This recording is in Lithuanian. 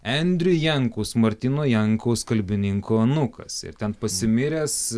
endriu jankus martyno jankaus kalbininko anūkas ir ten pasimiręs